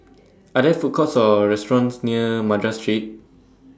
Are There Food Courts Or restaurants near Madras Street